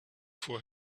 for